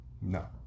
no